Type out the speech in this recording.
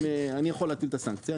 אני יכול להטיל את הסנקציה,